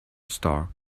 stark